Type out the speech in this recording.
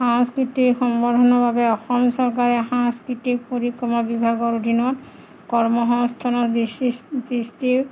সাংস্কৃতিক সম্বৰ্ধনৰ বাবে অসম চৰকাৰে সাংস্কৃতিক পৰিক্ৰমা বিভাগৰ অধীনত কৰ্মসস্থানৰ দৃষ্টিৰ